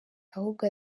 ahubwo